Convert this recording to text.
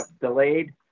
delayed